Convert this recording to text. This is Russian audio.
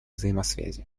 взаимосвязи